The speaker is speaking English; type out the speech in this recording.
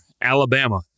Alabama